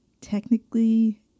technically